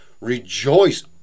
rejoice